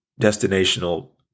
destinational